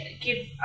give